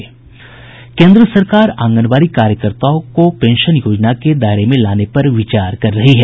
केन्द्र सरकार आंगनबाड़ी कार्यकर्ताओं को पेंशन योजना के दायरे में लाने पर विचार कर रही है